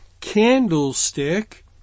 candlestick